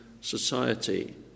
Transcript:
society